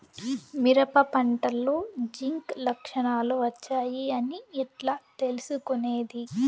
మిరప పంటలో జింక్ లక్షణాలు వచ్చాయి అని ఎట్లా తెలుసుకొనేది?